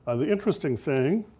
and the interesting thing,